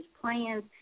plans